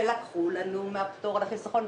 ולקחו לנו מהפטור על החיסכון.